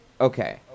Okay